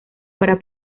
para